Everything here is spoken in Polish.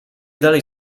dalej